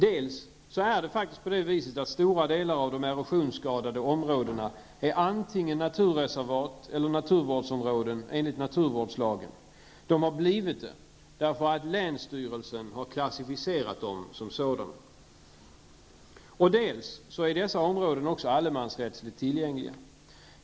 Dels är det faktiskt på det sättet att stora delar av de erosionsskadade områdena antingen är naturreservat eller naturvårdsområden enligt naturvårdslagen -- de har blivit det därför att länsstyrelsen har klassificerat dem som sådana --, dels är dessa områden också allemansrättsligt tillgängliga.